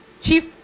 Chief